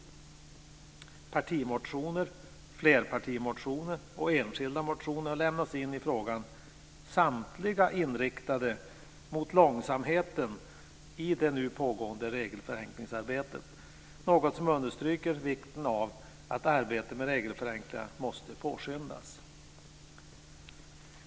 Partimotioner, flerpartimotioner och enskilda motioner har väckts i frågan. Samtliga är inriktade mot långsamheten i det nu pågående regelförenklingsarbetet. Det är något som understryker vikten av att arbetet med regelförenklingar måste påskyndas.